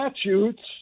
Statutes